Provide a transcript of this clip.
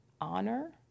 honor